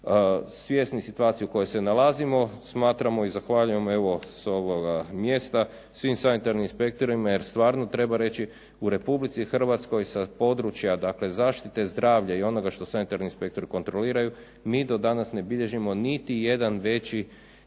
Svjesni situacije u kojoj se nalazimo, smatramo i zahvaljujemo s ovoga mjesta svim sanitarnim inspektorima jer stvarno treba reći u Republici Hrvatskoj sa područja dakle zaštita zdravlja i onoga što sanitarni inspektori kontroliraju mi do danas ne bilježimo niti jedan veći